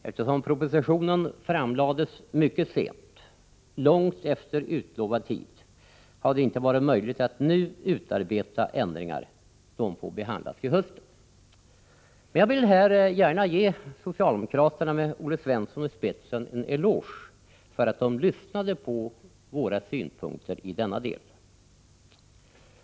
Eftersom propositionen framlades mycket sent, långt efter utlovad tid, har det inte varit möjligt att nu utarbeta ändringar. De får behandlas till hösten. Jag vill här gärna ge socialdemokraterna med Olle Svensson i spetsen en eloge för att de lyssnade på våra synpunkter i denna del.